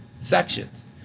sections